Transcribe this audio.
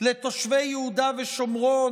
לתושבי יהודה ושומרון,